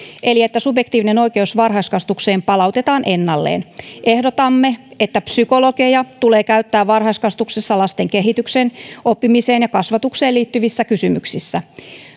eli sitä että subjektiivinen oikeus varhaiskasvatukseen palautetaan ennalleen ehdotamme että psykologeja tulee käyttää varhaiskasvatuksessa lasten kehitykseen oppimiseen ja kasvatukseen liittyvissä kysymyksissä